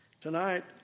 Tonight